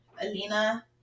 Alina